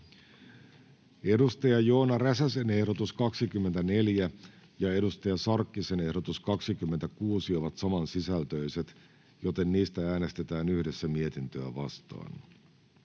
Content: Joona Räsäsen ehdotus 24 ja Hanna Sarkkisen ehdotus 26 ovat saman sisältöiset, joten niistä äänestetään yhdessä mietintöä vastaan.